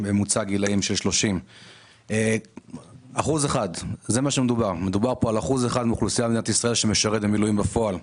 מדובר על אחוז אחד מאוכלוסיית מדינת ישראל שמשרת במילואים בפועל.